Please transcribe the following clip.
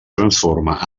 transforma